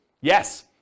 Yes